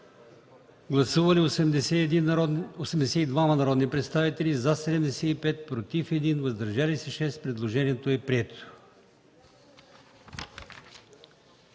Гласували 126 народни представители: за 84, против 39, въздържали се 3. Предложението е прието.